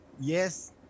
Yes